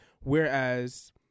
Whereas